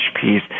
peace